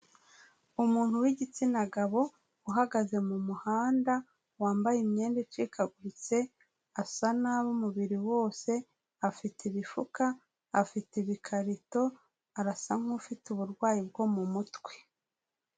Umuntu w'igitsina gabo, uhagaze mu muhanda, wambaye imyenda icikaguritse, asa nabi umubiri wose, afite imifuka, afite ibikarito, arasa nk'ufite uburwayi bwo mu mutwe.